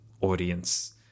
audience